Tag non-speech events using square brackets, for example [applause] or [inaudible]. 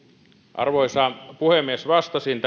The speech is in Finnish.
arvoisa puhemies vastasin [unintelligible]